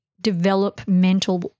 developmental